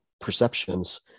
perceptions